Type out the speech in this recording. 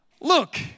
Look